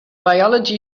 biology